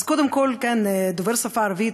קודם כול דובר השפה הערבית,